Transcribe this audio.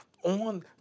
on